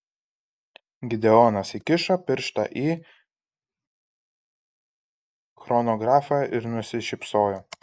gideonas įkišo pirštą į chronografą ir nusišypsojo